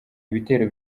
ibitero